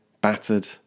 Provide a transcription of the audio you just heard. battered